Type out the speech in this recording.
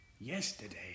Yesterday